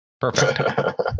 perfect